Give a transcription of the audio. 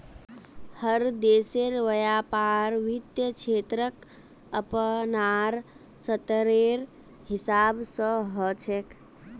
हर देशेर व्यापार वित्त क्षेत्रक अपनार स्तरेर हिसाब स ह छेक